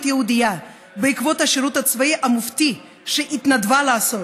יהודייה בעקבות השירות הצבאי המופתי שהתנדבה לעשות.